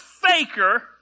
faker